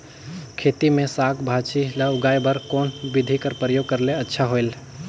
खेती मे साक भाजी ल उगाय बर कोन बिधी कर प्रयोग करले अच्छा होयल?